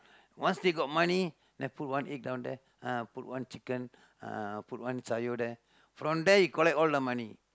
once they got money then put on egg down there uh put one chicken uh put one sayur there from there you collect all the money